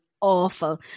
awful